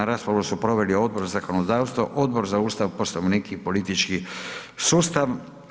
Raspravu su proveli Odbor za zakonodavstvo, Odbora za Ustav, Poslovnik i politički sustav.